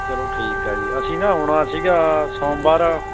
ਚਲੋ ਠੀਕ ਹੈ ਜੀ ਅਸੀਂ ਨਾ ਆਉਣਾ ਸੀਗਾ ਸੋਮਵਾਰ